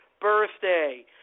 birthday